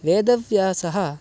वेदव्यासः